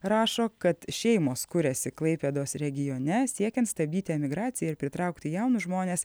rašo kad šeimos kuriasi klaipėdos regione siekiant stabdyti emigraciją ir pritraukti jaunus žmones